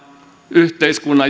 yhteiskunnan